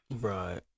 Right